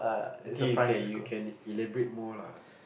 I think you can you can elaborate more lah